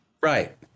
Right